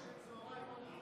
ישן צוהריים?